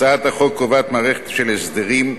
הצעת החוק קובעת מערכת של הסדרים,